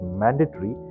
mandatory